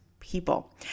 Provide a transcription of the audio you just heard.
People